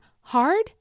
Hard